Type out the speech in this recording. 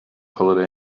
holiday